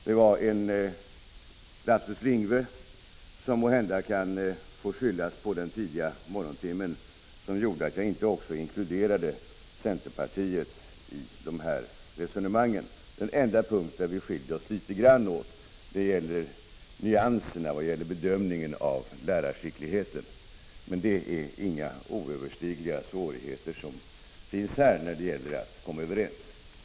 Det var en lapsus linguae, som måhända kan få skyllas på den tidiga morgontimmen, som gjorde att jag inte också inkluderade centerpartiet i dessa resonemang. Den enda punkt där vi skiljer oss litet grand gäller nyanserna i fråga om bedömningen av lärarskickligheten. Men det är inga oöverstigliga svårigheter som här finns när det gäller att komma överens.